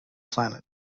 planet